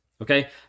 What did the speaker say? okay